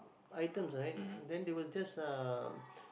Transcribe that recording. items right then they will just uh